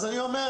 אז אני אומר: